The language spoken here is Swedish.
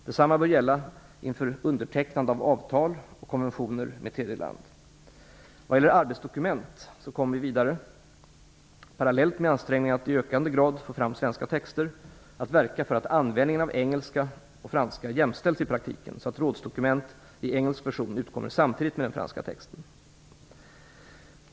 Detsamma bör gälla inför undertecknande av avtal och konventioner med tredje land. Vad gäller arbetsdokument kommer vi vidare - parallellt med ansträngningarna att i ökande grad få fram svenska texter - att verka för att användningen av engelska och franska jämställs i praktiken, så att rådsdokument i engelsk version utkommer samtidigt med den franska texten.